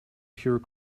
pure